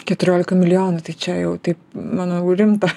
keturiolika milijonų tai čia jau taip manau rimta